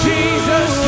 Jesus